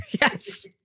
Yes